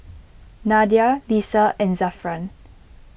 Nadia Lisa and Zafran